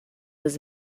was